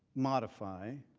modify.